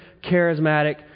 charismatic